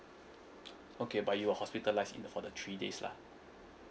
okay but you were hospitalised in there for the three days lah